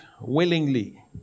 willingly